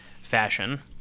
fashion